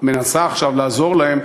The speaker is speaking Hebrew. מנסה עכשיו לעזור להם,